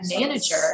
manager